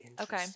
Okay